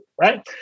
right